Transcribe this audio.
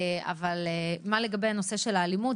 אבל מה לגבי הנושא של האלימות?